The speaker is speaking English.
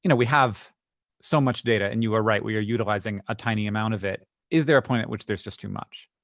you know we have so much data. and you are right. we are utilizing a tiny amount of it. is there a point at which there's just too much?